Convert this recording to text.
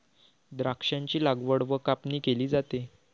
द्राक्षांची लागवड व कापणी केली जाते